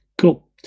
Cool